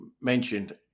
mentioned